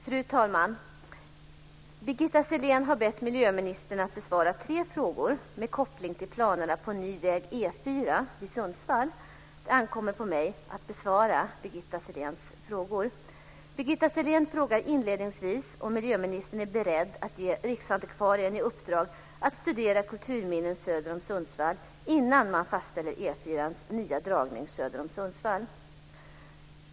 Fru talman! Birgitta Sellén har bett miljöministern att besvara tre frågor med koppling till planerna på ny väg E 4 vid Sundsvall. Det ankommer på mig att besvara Birgitta Selléns frågor. Birgitta Sellén frågar inledningsvis om miljöministern är beredd att ge riksantikvarien i uppdrag att studera kulturminnen söder om Sundsvall innan man fastställer E 4:ans nya dragning söder om Sundsvall.